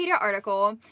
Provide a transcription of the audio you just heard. article